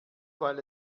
weil